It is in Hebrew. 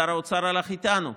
שר האוצר הלך איתנו,